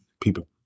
people